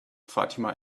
fatima